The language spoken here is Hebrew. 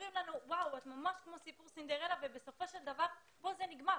ואומרים לנו שאת ממש סיפור סינדרלה אבל בסופו של דבר כאן זה נגמר.